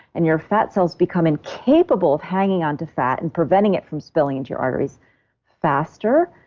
and your fat cells become incapable of hanging on to fat and preventing it from spilling into your arteries faster,